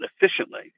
efficiently